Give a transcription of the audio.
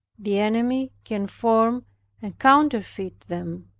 the enemy can form and counterfeit them.